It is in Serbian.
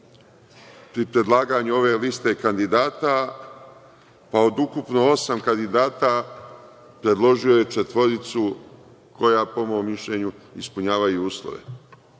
pri predlaganju ove liste kandidata, pa od ukupno osam kandidata, predložio je četvoricu koja po mom mišljenju ispunjavaju uslove.